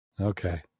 Okay